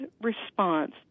response